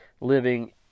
living